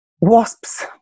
Wasps